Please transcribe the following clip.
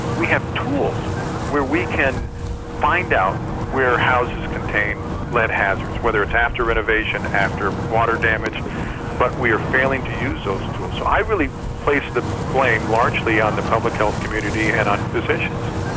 we have tools where we can find out where houses contain lead hazards whether it's after renovation, after water damage but we are failing to use those tools. so i really place the blame largely on the public health community and on physicians.